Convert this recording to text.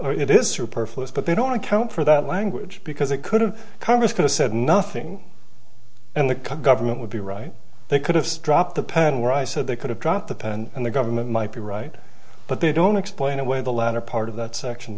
superfluous but they don't account for that language because it could have congress could have said nothing and the cut government would be right they could have dropped the pen where i said they could have dropped the pen and the government might be right but they don't explain away the latter part of that section